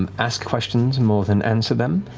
um ask questions more than answer them,